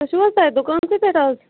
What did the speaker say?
تُہی چھِو حَظ دُکانسے پٮ۪ٹھ آز